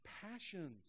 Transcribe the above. passions